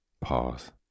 Pause